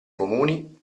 comuni